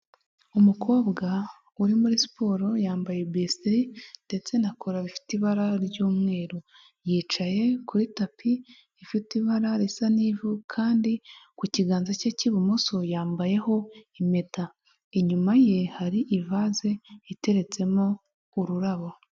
Umukobwa uri muri siporo yambaye bisitiri ndetse na kora bifite ibara ry'umweru, yicaye kuri tapi ifite ibara risa n'ivu, kandi ku kiganza cye cy'ibumoso yambayeho impeta, inyuma ye hari ivase iteretsemo ururabo.